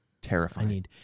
terrifying